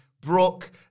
Brooke